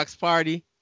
party